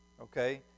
okay